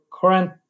current